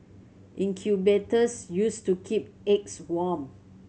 incubators used to keep eggs warm